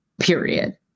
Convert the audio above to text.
period